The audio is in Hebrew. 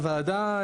הוועדה,